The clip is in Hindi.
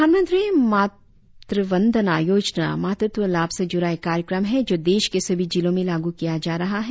प्रधानमंत्री मातृ वंदना योजना मातृत्व लाभ से जुड़ा एक कार्यक्रम है जो देश के सभी जिलों में लागू किया जा रहा है